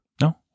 No